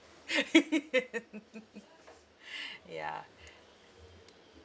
yeah